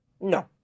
No